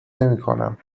نمیکنم